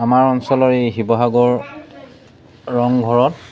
আমাৰ অঞ্চলৰ এই শিৱসাগৰ ৰংঘৰত